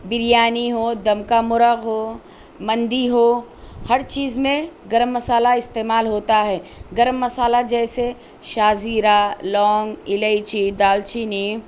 بریانی ہو دم کا مرغ ہو مندی ہو ہر چیز میں گرم مصالحہ استعمال ہوتا ہے گرم مصالحہ جیسے شاہ زیرہ لونگ الائچی دال چینی